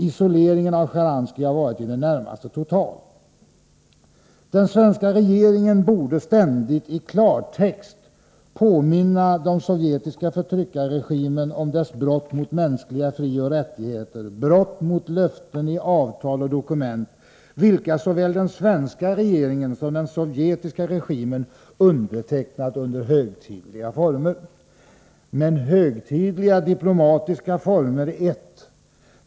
Isoleringen av Sjtjaranskij har varit i det närmaste total.” ”Den svenska regeringen borde ständigt, i klartext, påminna den sovjetiska förtryckarregimen om dess brott mot mänskliga frioch rättigheter, brott mot löften i avtal och dokument, vilka såväl den svenska regeringen som den sovjetiska regimen undertecknat under högtidliga former. Men högtidliga diplomatiska former är ett.